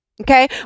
okay